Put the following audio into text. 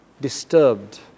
disturbed